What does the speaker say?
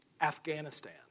Afghanistan